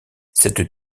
cette